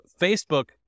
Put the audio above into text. Facebook